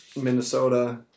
Minnesota